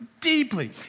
deeply